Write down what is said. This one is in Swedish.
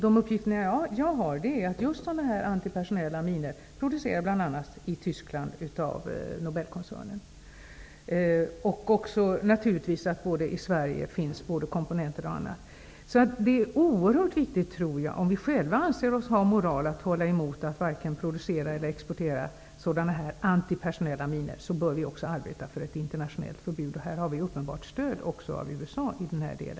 De uppgifter jag har fått är att just sådana här antipersonella minor produceras bl.a. i Tyskland av Nobelkoncernen, och att det i Sverige finns både komponenter och annat. Om vi själva anser oss ha moral att hålla emot att sådana här antipersonella vapen vare sig produceras eller exporteras bör vi också arbeta för ett internationellt förbud. För detta har vi uppenbart ett stöd från USA.